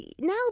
now